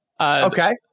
Okay